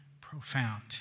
profound